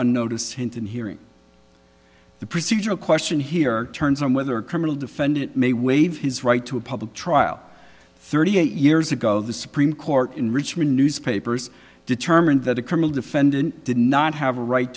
unnoticed hinton hearing the procedural question here turns on whether a criminal defendant may waive his right to a public trial thirty eight years ago the supreme court in richmond newspapers determined that a criminal defendant did not have a right